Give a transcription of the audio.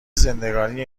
زندگانی